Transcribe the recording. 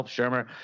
Shermer